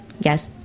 Yes